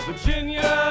Virginia